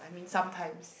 I mean sometimes